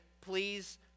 please